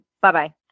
Bye-bye